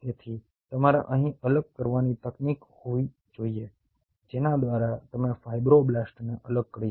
તેથી તમારે અહીં અલગ કરવાની તકનીક હોવી જોઈએ જેના દ્વારા તમે ફાઇબ્રોબ્લાસ્ટ્સને અલગ કરી શકો